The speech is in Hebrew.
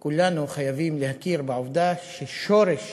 כולנו חייבים להכיר בעובדה ששורש